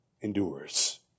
endures